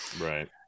Right